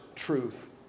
truth